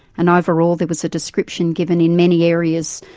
and overall there was a description given in many areas,